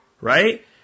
Right